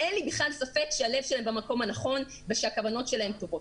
הלב שלהם במקום הנכון ושהכוונות שלהם טובות.